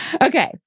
Okay